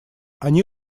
они